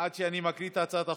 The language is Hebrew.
עד שאני מקריא את הצעת החוק,